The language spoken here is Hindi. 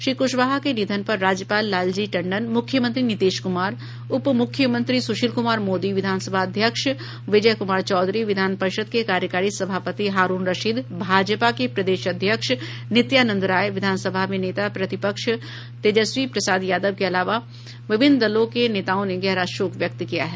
श्री क्शवाहा के निधन पर राज्यपाल लालजी टंडन मूख्यमंत्री नीतीश कुमार उपमूख्यमंत्री सुशील कुमार मोदी विधान सभा अध्यक्ष विजय कुमार चौधरी विधान परिषद के कार्यकारी सभापति हारूण रशीद भाजपा के प्रदेश अध्यक्ष नित्यानंद राय विधान सभा में नेता प्रतिपक्ष तेजस्वी प्रसाद यादव के अलावा विभिन्न दलों के नेताओं ने गहरा शोक व्यक्त किया है